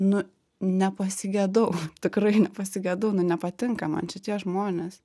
nu nepasigedau tikrai nepasigedau nu nepatinka man šitie žmonės